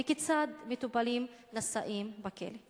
4. כיצד מטופלים נשאים בכלא?